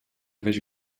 weź